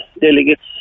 delegates